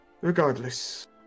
Regardless